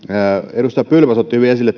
edustaja pylväs otti hyvin esille